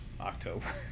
October